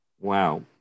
Wow